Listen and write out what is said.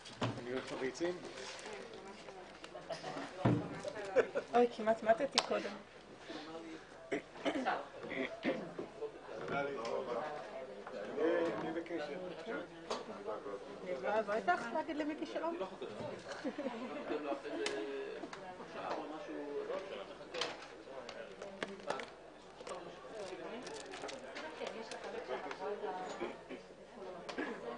09:32.